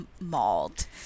mauled